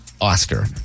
Oscar